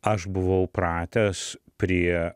aš buvau pratęs prie